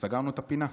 סגרנו את הפינה?